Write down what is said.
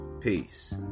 peace